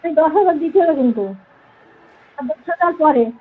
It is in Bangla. দশ হাজার দিতে হবে কিন্তু আর দশ হাজার পরে